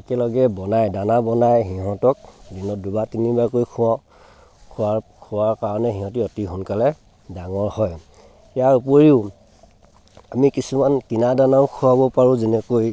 একেলগে বনাই দানা বনাই সিহঁতক দিনত দুবাৰ তিনিবাৰকৈ খুৱাওঁ খুওৱাৰ খুৱাৰ কাৰণে সিহঁতে অতি সোনকালে ডাঙৰ হয় ইয়াৰ উপৰিও আমি কিছুমন কিনা দানাও খুৱাব পাৰোঁ যেনেকৈ